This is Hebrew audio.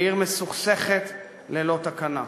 לעיר מסוכסכת ללא תקנה.